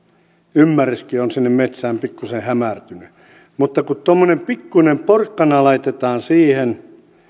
ymmärryskin siitä metsästä on pikkuisen hämärtynyt mutta kun tuommoinen pikkuinen porkkana laitetaan siihen